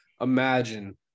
imagine